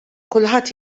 kulħadd